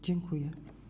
Dziękuję.